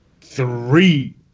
Three